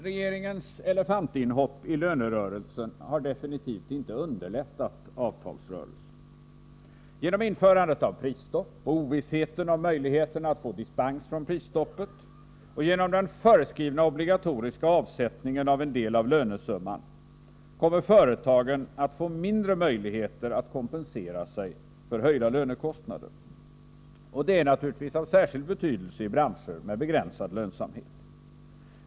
Regeringens elefantinhopp i lönerörelsen har definitivt inte underlättat avtalsrörelsen. Genom införandet av prisstopp, genom ovissheten om möjligheterna till dispens från prisstoppet och genom den föreskrivna obligatoriska avsättningen av en del av lönesumman kommer företagen att få mindre möjligheter att kompensera sig för höjda lönekostnader. Det är naturligtvis av särskild betydelse i branscher med begränsad lönsamhet.